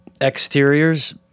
Exteriors